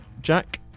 Jack